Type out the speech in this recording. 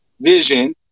Vision